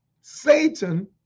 Satan